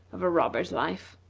of a robber's life.